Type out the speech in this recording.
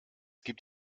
gibt